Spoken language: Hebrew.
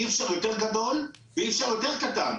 אי אפשר יותר גדול ואי אפשר יותר קטן.